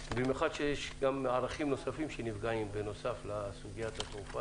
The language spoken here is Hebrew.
במיוחד שיש ערכים נוספים סביבתיים שנפגעים בנוסף לסוגיית התעופה.